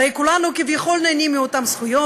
הרי כולנו כביכול נהנים מאותן זכויות,